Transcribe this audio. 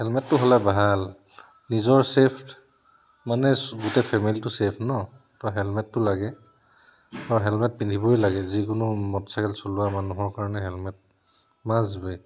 হেলমেটটো হ'লে ভাল নিজৰ ছে'ফ মানে গোটেই ফেমিলিটো ছে'ফ ন ত' হেলমেটটো লাগে বা হেলমেট পিন্ধিবই লাগে যিকোনো মটৰচাইকেল চলোৱা মানুহৰ কাৰণে হেলমেট মাষ্ট বি